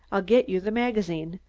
i'll get you the magazine.